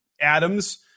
Adams